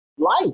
life